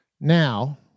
Now